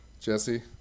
Jesse